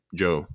joe